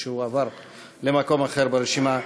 שהוא עבר למקום אחר ברשימה.